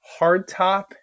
hardtop